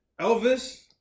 Elvis